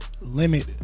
limit